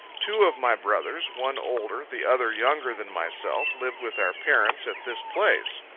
two of my brothers, one older, the other younger than myself, lived with our parents, at this place.